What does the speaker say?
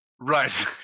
Right